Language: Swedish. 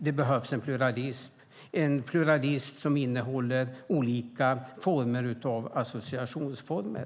Det behövs en pluralism med olika associationsformer.